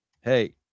Hey